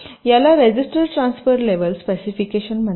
याला register transfer level specification म्हणतात